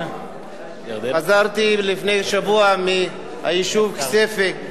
חזרתי לפני שבוע מהיישוב כסייפה,